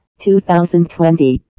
2020